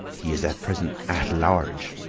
he is at present at large,